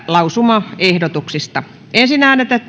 lausumaehdotuksen ensin